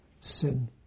sin